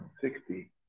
sixty